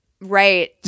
Right